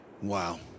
Wow